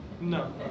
No